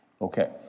Okay